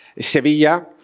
Sevilla